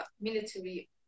military